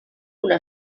una